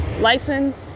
License